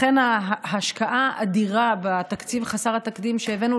לכן ההשקעה האדירה בתקציב חסר התקדים שהבאנו,